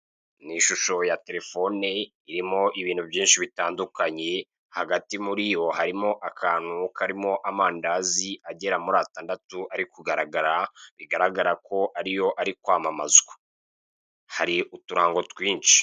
N'ishusho ya telefone irimo ibintu byinshi bitandukanye, hagati muriyo harimo akantu karimo amandazi agera mur'atandatu, ari kugaragara, bigaragara ko ariyo ari kwamamazwa. Hari uturango twinshi.